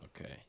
Okay